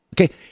Okay